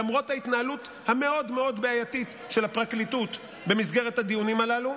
למרות ההתנהלות המאוד-מאוד בעייתית של הפרקליטות במסגרת הדיונים הללו,